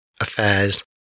affairs